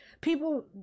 people